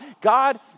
God